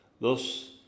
Thus